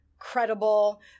Credible